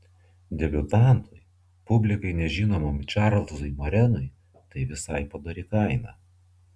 debiutantui publikai nežinomam čarlzui morenui tai visai padori kaina